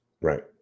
Right